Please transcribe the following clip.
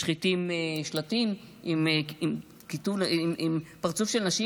משחיתים שלטים עם פרצוף של נשים,